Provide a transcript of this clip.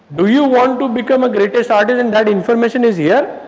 do you want to become a greatest artist, and that information is here?